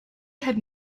had